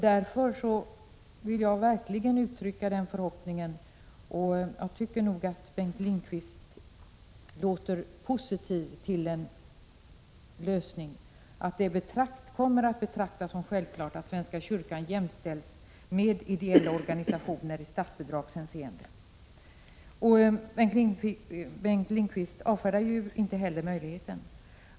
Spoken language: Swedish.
Därför vill jag uttrycka förhoppningen att det verkligen kommer att betraktas som självklart att svenska kyrkan jämställs med ideella organisationer i statsbidragshänseende. Jag tycker också att Bengt Lindqvist låter positiv till detta och tolkar det så att han inte avfärdar en sådan utveckling.